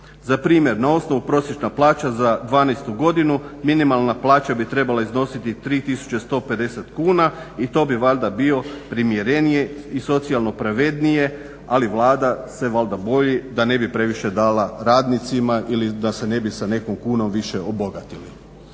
Za primjer, na osnovu prosječna plaća za 2012. godinu minimalna plaća bi trebala iznositi 3150 kuna i to bi valjda bio primjerenije i socijalno pravednije ali Vlada se valjda boji da ne bi previše dala radnicima ili da se ne bi sa nekom kunom više obogatili.